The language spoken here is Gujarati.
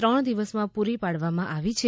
ત્રણ દિવસમાં પૂરી પાડવામાં આવી છે